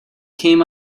came